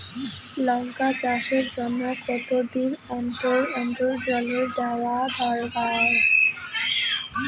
লঙ্কা চাষের জন্যে কতদিন অন্তর অন্তর জল দেওয়া দরকার?